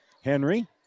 Henry